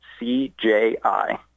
CJI